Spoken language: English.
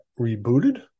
rebooted